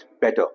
better